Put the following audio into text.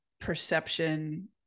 perception